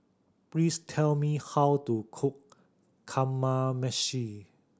please tell me how to cook Kamameshi